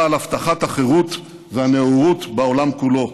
על הבטחת החירות והנאורות בעולם כולו.